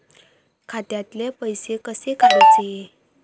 खात्यातले पैसे कसे काडूचे?